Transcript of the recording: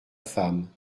femme